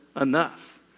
enough